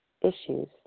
issues